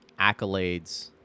accolades